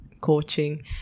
coaching